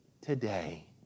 today